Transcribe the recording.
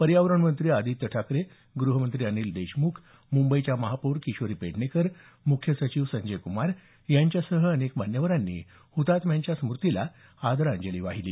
पर्यावरण मंत्री आदित्य ठाकरे गृहमंत्री अनिल देशमुख मुंबईच्या महापौर किशोरी पेडणेकर म्ख्य सचिव संजय क्मार यांच्यासह अनेक मान्यवरांनी हतात्म्यांच्या स्मूतीला आदरांजली वाहिली